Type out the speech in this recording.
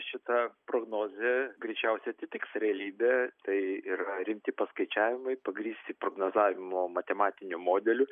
šita prognozė greičiausiai atitiks realybę tai yra rimti paskaičiavimai pagrįsti prognozavimo matematiniu modeliu